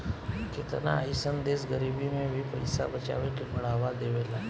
केतना अइसन देश गरीबी में भी पइसा बचावे के बढ़ावा देवेला